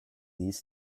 these